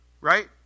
Right